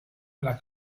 della